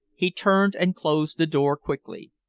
he turned and closed the door quickly.